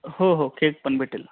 हो हो केक पण भेटेल